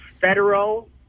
federal